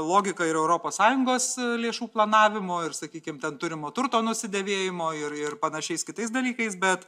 logika ir europos sąjungos lėšų planavimo ir sakykim ten turimo turto nusidėvėjimo ir ir panašiais kitais dalykais bet